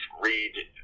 read